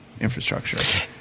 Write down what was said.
infrastructure